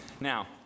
Now